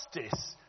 justice